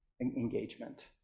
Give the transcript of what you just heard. engagement